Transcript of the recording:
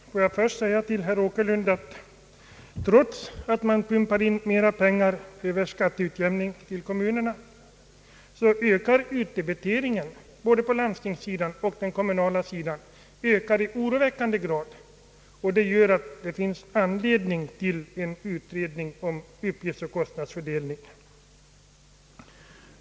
Herr talman! Får jag först säga till herr Åkerlund att trots att man pumpat in mera pengar över skatteutjämningen till kommunerna, ökar utdebiteringen både på landstingssidan och på den kommunala sidan i oroväckande grad. Det gör att det finns anledning till utredning om uppgiftsoch kostnadsfördelning.